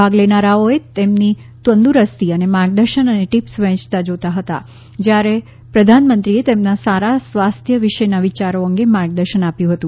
ભાગ લેનારાઓએ તેમની તંદુરસ્તી અંગે માર્ગદર્શન અને ટીપ્સ વહેંચતા જોતા હતા જ્યારે પ્રધાનમંત્રીએ તેમના સારા સ્વાસ્થ્ય વિશેના વિયારો અંગે માર્ગદર્શન આપ્યું હતું